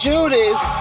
Judas